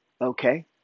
okay